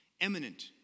eminent